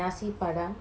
ya